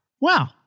wow